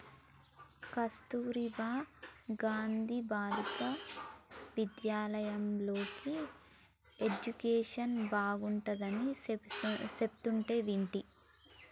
కస్తుర్బా గాంధీ బాలికా విద్యాలయల్లోకెల్లి ఎడ్యుకేషన్ బాగుంటాడని చెప్పుకుంటంటే వింటి